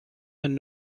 and